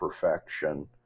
perfection